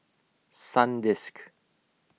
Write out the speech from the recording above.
Sandisk